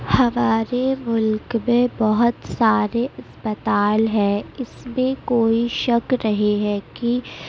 ہمارے ملک میں بہت سارے اسپتال ہے اس میں کوئی شک نہیں ہے کہ